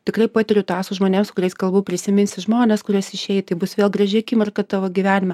tikrai patiriu tą su žmonėm su kuriais kalbu prisiminsi žmones kuriuos išėję tai bus vėl graži akimirka tavo gyvenime